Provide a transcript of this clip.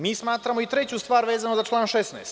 Mi smatramo i treću stvar vezano za član 16.